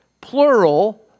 plural